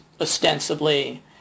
ostensibly